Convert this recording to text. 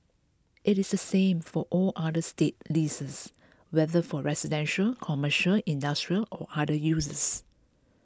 it is the same for all other state leases whether for residential commercial industrial or other uses